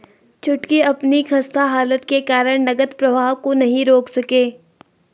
छुटकी अपनी खस्ता हालत के कारण नगद प्रवाह को नहीं रोक सके